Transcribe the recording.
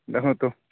ଦେଖନ୍ତୁ